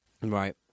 Right